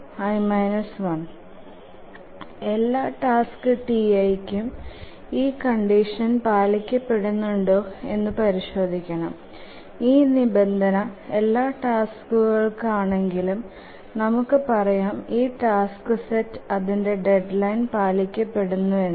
j എല്ലാ task Ti കും ഈ കണ്ടിഷൻ പാലിക്കപ്പെടുന്നുണ്ടോ എന്നു പരിശോധിക്കണം ഈ നിബന്ധന എല്ലാ ടാസ്കുകൾക്കും ആണെകിൽ നമക്ക് പറയാം ഈ ടാസ്ക് സെറ്റ് അതിന്ടെ ഡെഡ്ലൈൻ പാലിക്കപെടുന്നുണ്ട് എന്നു